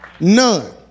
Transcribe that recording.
None